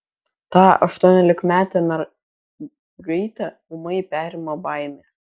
tą aštuoniolikametę mergaitę ūmai perima baimė